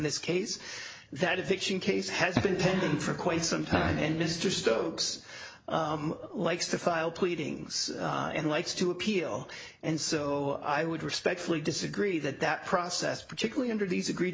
this case that a fiction case has been pending for quite some time and mr stokes likes to file pleadings and likes to appeal and so i would respectfully disagree that that process particularly under these egre